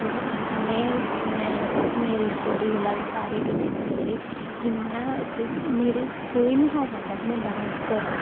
तुस में दिक्खो में मेरी स्टोरी कोला सारे सिक्खी सकदे की में इक्क मेरे कोई निं हा चांह्दा के में डांस करां